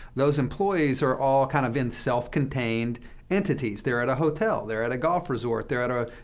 those employees are all kind of in self-contained entities. they're at a hotel they're at a golf resort they're at a